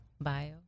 bio